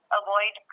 avoid